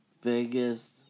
biggest